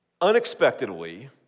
unexpectedly